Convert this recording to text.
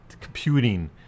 computing